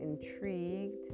intrigued